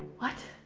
what?